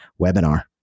webinar